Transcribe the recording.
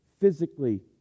physically